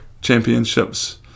Championships